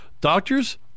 Doctors